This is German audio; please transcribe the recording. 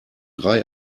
drei